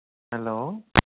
hello